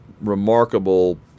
remarkable